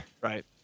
Right